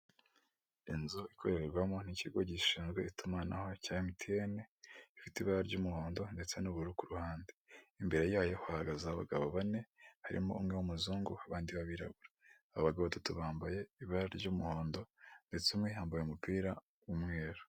Inzu ikorerwamo n'ikigo gishinzwe itumanaho cya MTN, ifite ibara ry'umuhondo ndetse n'ubururu ku ruhande imbere yayo hahagaze abagabo bane harimo umwe w'umuzungu abandi b' abirabura ,abagore batatu bambaye ibara ry'umuhondo ndetse umwe yambaye umupira w'umweruru.